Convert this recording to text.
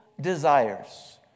desires